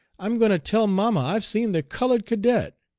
i'm going to tell mamma i've seen the colored cadet.